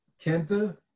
Kenta